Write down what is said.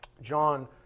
John